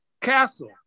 Castle